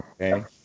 okay